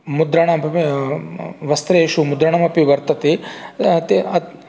मुद्रण् वस्त्रेषु मुद्राणमपि वर्तते ते अत्